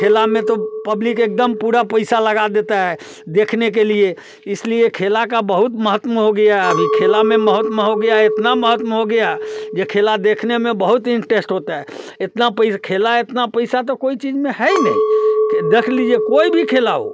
खेल में तो पब्लिक एक दम पूरा पैसा लगा देता है देखने के लिए इस लिए खेल का बहुत महत्व हो गया अभी खेल में बहुत हो गया इतना महत्व हो गया जो खेल देखने में बहुत इंटेस्ट होता है इतना पैसा खेल इतना पैसा तो कोई चीज़ में है ही नहीं देख लीजिए